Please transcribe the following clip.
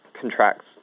contracts